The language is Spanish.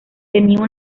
tenía